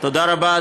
תודה רבה.